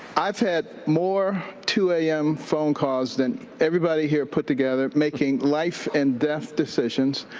i've had more two a m. phone calls than everybody here put together, making life and death decisions,